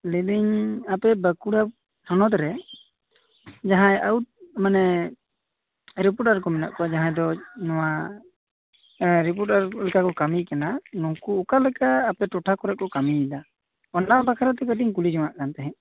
ᱞᱟ ᱭᱫᱟᱹᱧ ᱟᱯᱮ ᱵᱟᱸᱠᱩᱲᱟ ᱦᱚᱱᱚᱛ ᱨᱮ ᱡᱟᱦᱟᱸᱭ ᱟᱣᱩᱴ ᱢᱟᱱᱮ ᱨᱤᱯᱳᱴᱟᱨ ᱠᱚ ᱢᱮᱱᱟᱜ ᱠᱚᱣᱟ ᱡᱟᱦᱟᱸᱭ ᱫᱚ ᱱᱚᱣᱟ ᱮᱸ ᱨᱤᱯᱚᱴᱟᱨ ᱞᱮᱠᱟ ᱠᱚ ᱠᱟᱹᱢᱤ ᱠᱟᱱᱟ ᱱᱩᱝᱠᱩ ᱚᱠᱟᱞᱮᱠᱟ ᱟᱯᱮ ᱴᱚᱴᱷᱟ ᱠᱚᱨᱮ ᱠᱚ ᱠᱟᱢᱤᱭᱮᱫᱟ ᱚᱱᱟ ᱵᱟᱠᱷᱨᱟ ᱛᱮ ᱠᱟᱹᱴᱤᱧ ᱠᱩᱞᱤ ᱡᱚᱝᱟᱜ ᱠᱟᱱ ᱛᱟᱸᱦᱮᱫ